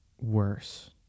worse